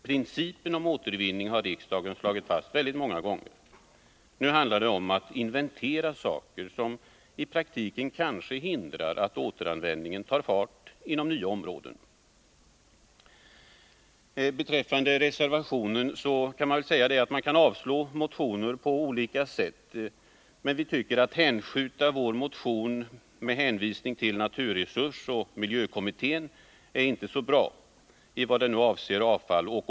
Principen om återvinning har riksdagen slagit fast väldigt många gånger. Nu handlar det om att inventera saker som i praktiken hindrar att återanvändningen tar fart inom nya områden. Beträffande reservationen vill jag säga att man kan avslå motioner på många sätt. Men att hänskjuta vår motion till naturresursoch miljökommittén tycker vi reservanter inte är bra.